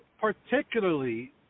particularly